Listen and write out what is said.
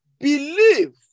believe